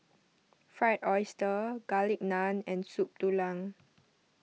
Fried Oyster Garlic Naan and Soup Tulang